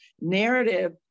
Narrative